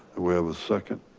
we have a second.